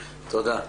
תודה.